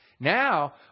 Now